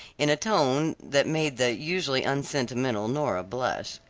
in a tone that made the usually unsentimental nora blush.